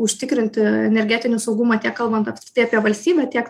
užtikrinti energetinį saugumą tiek kalbant apskritai apie valstybę tiek